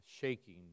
shaking